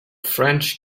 french